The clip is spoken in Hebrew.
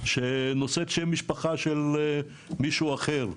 שנושאת שם משפחה של מישהו אחר,